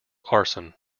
arson